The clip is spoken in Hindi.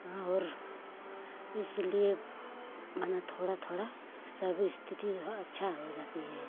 हाँ और इसलिए मना थोड़ा थोड़ा सब स्थिति ह अच्छा हो जाती है